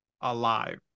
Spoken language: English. alive